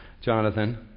Jonathan